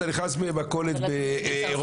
אתה נכנס במכולת באירופה,